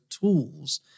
tools